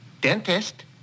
dentist